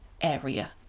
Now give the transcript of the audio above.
area